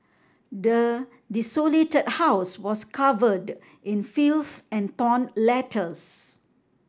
the desolated house was covered in filth and torn letters